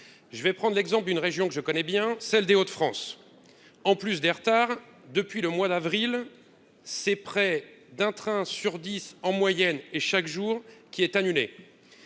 je vais prendre l'exemple d'une région que je connais bien, celle des Hauts-de-France, en plus des retards depuis le mois d'avril, c'est près d'un train sur 10 en moyenne et chaque jour qui est annulé,